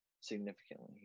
significantly